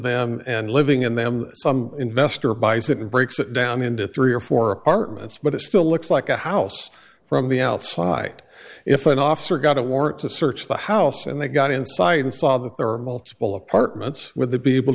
them and living in them some investor buys it and breaks it down into three or four apartments but it still looks like a house from the outside if an officer got a warrant to search the house and they got inside and saw that there are multiple apartments with a be able